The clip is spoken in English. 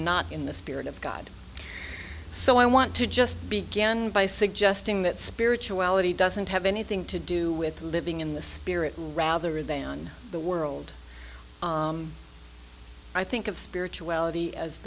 not in the spirit of god so i want to just began by suggesting that spirituality doesn't have anything to do with living in the spirit rather than the world i think of spirituality as